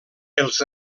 els